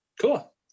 Cool